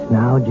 now